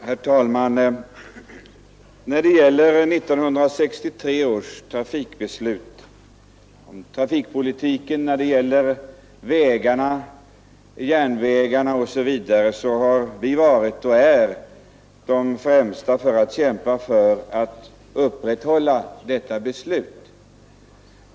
Herr talman! När det gäller trafikpolitiken beträffande vägarna, järnvägarna osv. har vi varit och är de främsta förespråkarna för att upprätthålla 1963 års trafikpolitiska beslut.